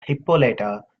hippolyta